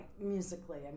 musically